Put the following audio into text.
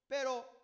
pero